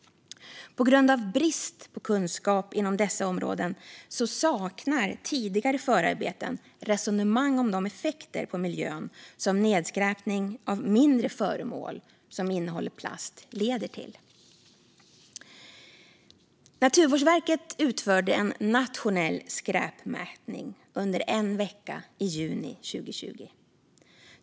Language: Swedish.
På grund av brist på kunskap inom dessa områden saknar tidigare förarbeten resonemang om de effekter på miljön som nedskräpning av mindre föremål som innehåller plast leder till. Naturvårdsverket utförde en nationell skräpmätning under en vecka i juni 2020.